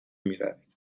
میروید